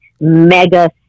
mega